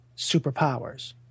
superpowers